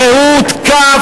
הרי הוא הותקף,